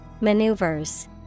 Maneuvers